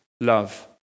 Love